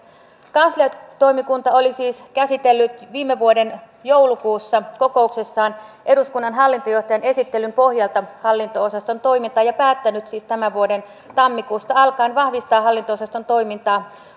kansliatoimikunta oli siis käsitellyt viime vuoden joulukuussa kokouksessaan eduskunnan hallintojohtajan esittelyn pohjalta hallinto osaston toimintaa ja ja päättänyt siis tämän vuoden tammikuusta alkaen vahvistaa hallinto osaston toimintaa